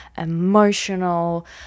emotional